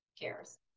cares